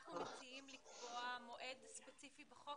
אנחנו מציעים לקבוע מועד ספציפי בחוק,